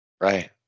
Right